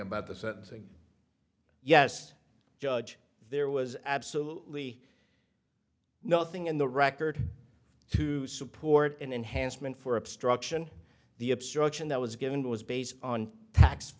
about the sentencing yes judge there was absolutely nothing in the record to support an enhancement for obstruction the obstruction that was given was based on tax